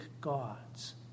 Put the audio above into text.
gods